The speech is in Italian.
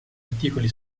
articoli